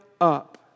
up